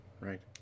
right